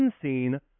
unseen